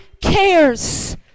cares